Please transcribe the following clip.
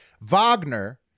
Wagner